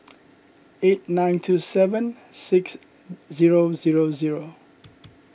eight nine two seven six zero zero zero